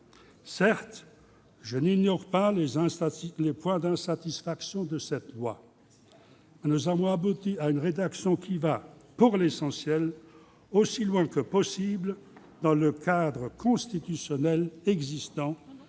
Certes, je n'ignore pas les points d'insatisfaction de ce projet de loi, mais nous avons abouti à une rédaction qui va, pour l'essentiel, aussi loin que possible dans le cadre constitutionnel existant,